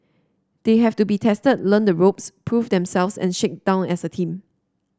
they have to be tested learn the ropes prove themselves and shake down as a team